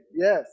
Yes